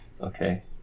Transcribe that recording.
okay